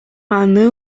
аны